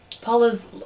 Paula's